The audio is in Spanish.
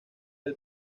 del